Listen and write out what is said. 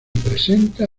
presenta